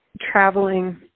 traveling